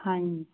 ਹਾਂਜੀ